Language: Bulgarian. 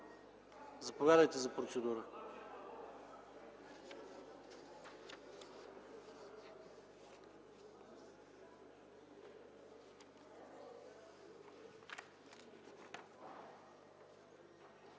Заповядайте за процедура,